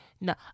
No